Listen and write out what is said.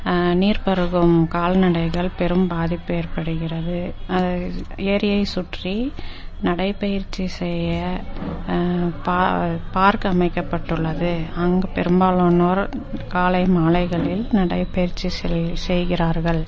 நீர்ப் பருகும் கால்நடைகள் பெரும் பாதிப்பு ஏற்படுகிறது அது ஏரியை சுற்றி நடைப்பயிற்சி செய்ய பார்க் அமைக்கப்பட்டுள்ளது அங்கு பெரும்பாலானோர் காலை மாலைகளில் நடைப்பயிற்சி செய்கிறார்கள்